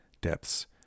depths